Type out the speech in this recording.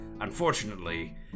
Unfortunately